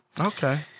okay